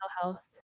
health